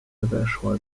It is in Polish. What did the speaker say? weszła